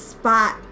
spot